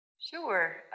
Sure